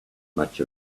much